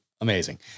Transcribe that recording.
amazing